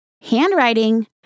handwriting